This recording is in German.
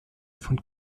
von